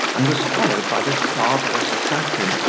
and was followed by this barbarous assassin,